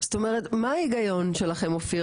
זאת אומרת מה ההיגיון שלכם אופיר?